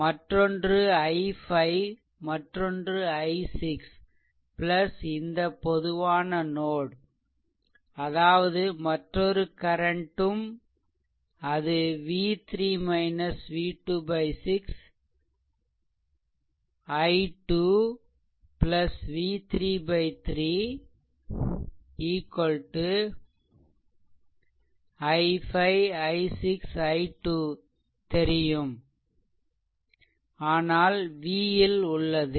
மற்றொன்று i5 மற்றொன்று i6 இந்த பொதுவான நோட் அதாவது மற்றொரு கரண்ட் ம் அது v3 v2 6 i 2 v 3 i5 i6 i 2 தெரியும் ஆனால் v ல் உள்ளது